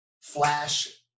flash